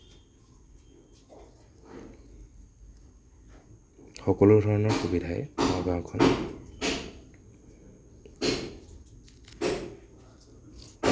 সকলো ধৰণৰ সুবিধাই আমাৰ গাওঁখনত